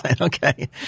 Okay